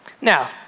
Now